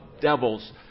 devils